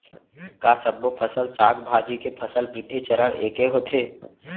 का सबो फसल, साग भाजी के फसल वृद्धि चरण ऐके होथे?